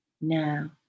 now